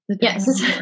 Yes